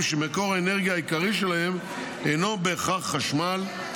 שמקור האנרגיה העיקרי שלהם אינו בהכרח חשמל,